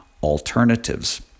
alternatives